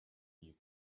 you